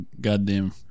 goddamn